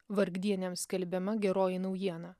vargdieniams skelbiama geroji naujiena